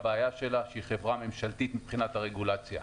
הבעיה שלה היא שהיא חברה ממשלתית מבחינת הרגולציה.